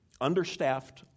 understaffed